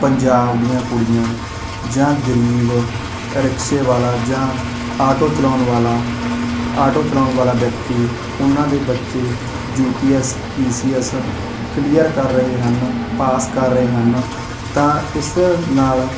ਪੰਜਾਬ ਦੀਆਂ ਕੁੜੀਆਂ ਜਾਂ ਗਰੀਬ ਰਿਕਸ਼ੇ ਵਾਲਾ ਜਾਂ ਆਟੋ ਚਲਾਉਣ ਵਾਲਾ ਆਟੋ ਚਲਾਉਣ ਵਾਲਾ ਵਿਅਕਤੀ ਉਹਨਾਂ ਦੇ ਬੱਚੇ U P S P C S clear ਕਰ ਰਹੇ ਹਨ ਪਾਸ ਕਰ ਰਹੇ ਹਨ ਤਾਂ ਇਸ ਨਾਲ